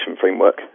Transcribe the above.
framework